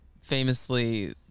famously